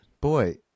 boy